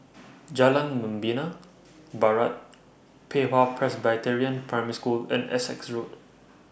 Jalan Membina Barat Pei Hwa Presbyterian Primary School and Essex Road